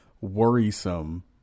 worrisome